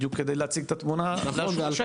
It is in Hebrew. בדיוק כדי להציג את התמונה שהייתה.